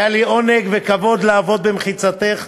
היה לי עונג וכבוד לעבוד במחיצתך,